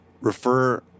refer